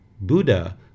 Buddha